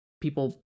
people